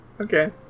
Okay